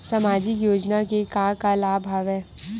सामाजिक योजना के का का लाभ हवय?